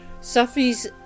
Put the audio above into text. Sufis